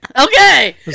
Okay